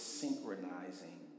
synchronizing